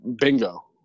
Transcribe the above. Bingo